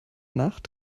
nacht